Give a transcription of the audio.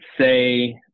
say